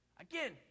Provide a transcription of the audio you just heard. Again